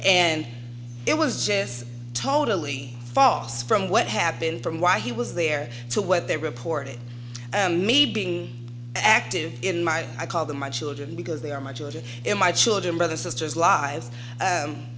and it was just totally false from what have been from why he was there to what they reported me being active in my life i call them my children because they are my children and my children brothers sisters live